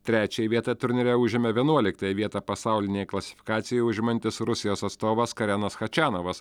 trečiąją vietą turnyre užėmė vienuoliktąją vietą pasaulinėje klasifikacijoje užimantis rusijos atstovas karenas chačianovas